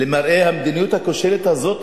למראה המדיניות הכושלת הזו,